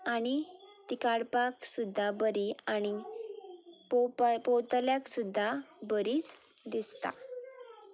आनी तीं काडपाक सुद्दां बरीं आनी पळोवपाक पळयतल्याक सुद्दां बरींच दिसता